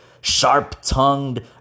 sharp-tongued